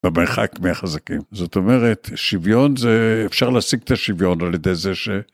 במרחק מהחזקים, זאת אומרת שוויון זה אפשר להשיג את השוויון על ידי זה ש...